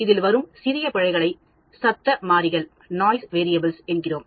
இதில் வரும் சிறிய பிழைகளை சத்தம் மாறிகள் என்கிறோம்